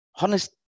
honest